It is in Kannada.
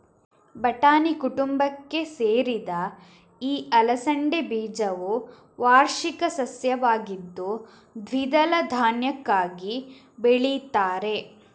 ಬಟಾಣಿ ಕುಟುಂಬಕ್ಕೆ ಸೇರಿದ ಈ ಅಲಸಂಡೆ ಬೀಜವು ವಾರ್ಷಿಕ ಸಸ್ಯವಾಗಿದ್ದು ದ್ವಿದಳ ಧಾನ್ಯಕ್ಕಾಗಿ ಬೆಳೀತಾರೆ